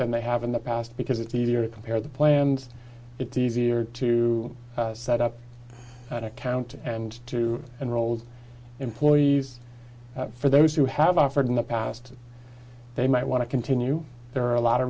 than they have in the past because it's easier to compare the plans it's easier to set up an account and to and rolled employees for those who have offered in the past they might want to continue there are a lot of